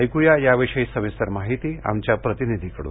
ऐकू या याविषयी सविस्तर माहिती आमच्या प्रतिनिधीकडून